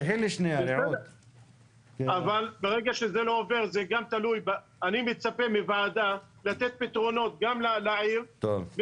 זה לא קשור לוועדה אבל אני מצפה מהוועדה לתת פתרונות תחבורה,